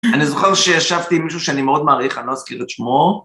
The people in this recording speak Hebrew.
אני זוכר שישבתי עם מישהו שאני מאוד מעריך, אני לא אזכיר את שמו.